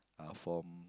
uh from